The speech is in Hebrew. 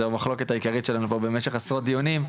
זה מחלוקת העיקרית שלנו פה במשך עשרות דיונים,